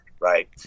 right